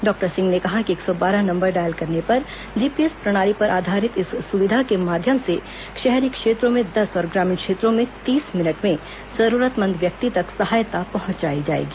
doctor Singh ने कहा कि एक सौ बारह नंबर डॉयल करने पर जीपीएस प्रणाली पर आधारित इस सुविधा के माध्यम से शहरी क्षेत्रों में दस और ग्रामीण क्षेत्रों में तीस मिनट में जरूरतमंद व्यक्ति तक सहायता पहुंचाई जाएगी